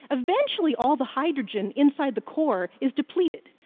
eventually, all the hydrogen inside the core is depleted,